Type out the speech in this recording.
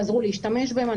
חזרו להשתמש בהם.